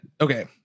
Okay